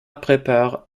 prépare